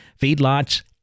Feedlots